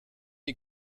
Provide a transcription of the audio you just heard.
est